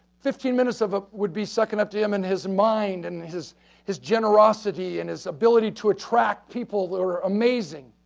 fifty and minutes of it ah would be second up to him in his mind and his his generosity and his ability to attract people that are amazing.